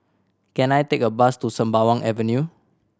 can I take a bus to Sembawang Avenue